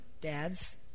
dads